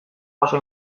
oso